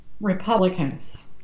Republicans